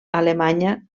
alemanya